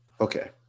Okay